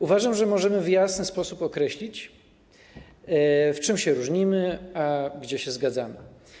Uważam, że możemy w jasny sposób określić, w czym się różnimy, a w czym się zgadzamy.